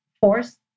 force